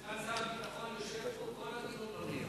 סגן שר הביטחון יושב פה כל הדיון, אז אולי מעניין